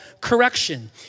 correction